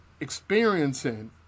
experiencing